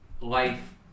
life